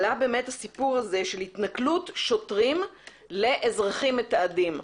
עלה הסיפור של התנכלות שוטרים לאזרחים מתעדים.